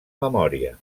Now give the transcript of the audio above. memòria